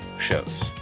shows